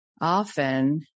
often